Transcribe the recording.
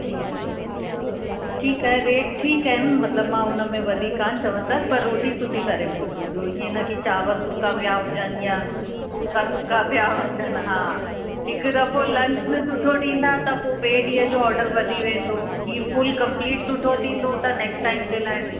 ठीकु आहे ठीकु आहे रेट ठीकु आहिनि मतलबु मां हुन में वधीक कान चवंदसि पर रोटी सुठी करे मोकिलिजो इअं न कि चांवर सुका पिया हुजनि या फुल्का सुका पिया हुजनि हा हिकु दफ़ो लंच में सुठो ॾींदा त पोइ ॿिएं ॾींह जो ऑडर वधी वेंदो ही फ़ुल कंप्लीट सुठो थींदो त नेक्स्ट टाइम जे लाइ